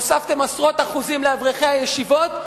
הוספתם עשרות אחוזים לאברכי הישיבות,